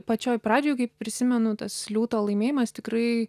pačioj pradžioj kaip prisimenu tas liūto laimėjimas tikrai